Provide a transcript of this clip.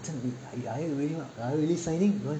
真的 are you really want are you really signing